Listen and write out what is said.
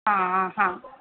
हा हा